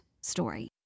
story